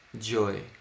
joy